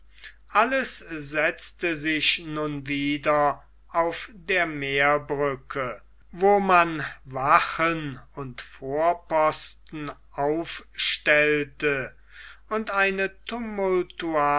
alles setzte sich nun wieder auf der meerbrücke wo man wachen und vorposten aufstellte und eine